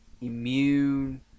immune